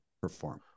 perform